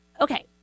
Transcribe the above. Okay